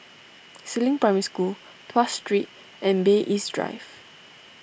Si Ling Primary School Tuas Street and Bay East Drive